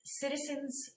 citizens